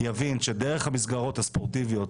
יבין שדרך המסגרות הספורטיביות,